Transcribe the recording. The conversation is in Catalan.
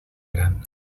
gran